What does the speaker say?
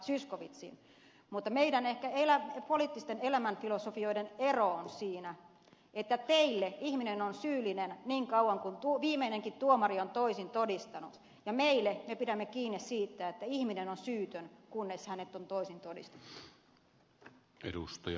zyskowicziin mutta meidän ehkä poliittisten elämänfilosofioiden ero on siinä että teille ihminen on syyllinen niin kauan kuin viimeinenkin tuomari on toisin todistanut ja me pidämme kiinni siitä että ihminen on syytön kunnes on toisin todistettu